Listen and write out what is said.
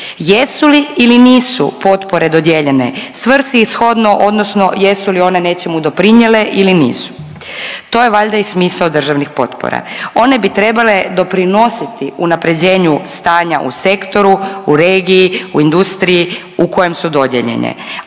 jesu li ili nisu potpore dodijeljene svrsishodno odnosno jesu li one nečemu doprinijele ili nisu. To je valjda i smisao državnih potpora. One bi trebale doprinositi unaprjeđenju stanja u sektoru, u regiji, u industriji u kojem su dodijeljene,